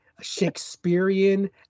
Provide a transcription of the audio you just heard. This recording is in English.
Shakespearean